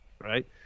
Right